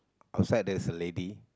outside there's a lady